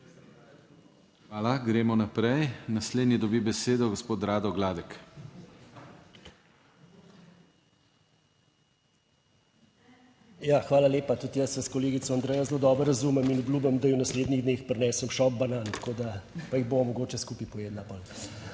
Hvala, gremo naprej. Naslednji dobi besedo gospod Rado Gladek. **RADO GLADEK (PS SDS):** Ja, hvala lepa. Tudi jaz se s kolegico Andrejo zelo dobro razumem in obljubim, da ji v naslednjih dneh prinesem šop banan, tako da, pa jih bova mogoče skupaj pojedla